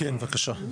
כן, בבקשה.